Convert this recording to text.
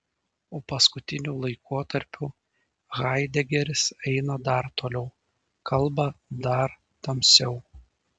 o paskutiniu laikotarpiu haidegeris eina dar toliau kalba dar tamsiau